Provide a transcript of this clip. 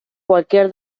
cualquier